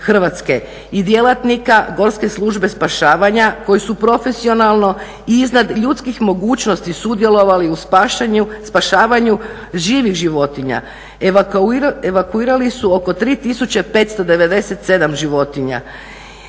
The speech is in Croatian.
Hrvatske i djelatnika Gorske službe spašavanja koji su profesionalno i iznad ljudskih mogućnosti sudjelovali u spašavanju živih životinja. Evakuirali su oko 3597 životinja.